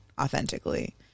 authentically